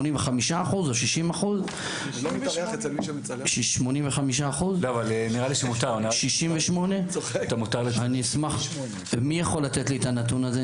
85% או 60%. מי יכול לתת לי את הנתון הזה,